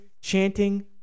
chanting